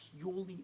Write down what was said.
purely